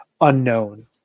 unknown